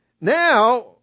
Now